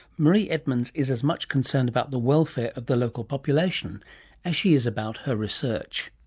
marie edmonds is as much concerned about the welfare of the local population as she is about her research.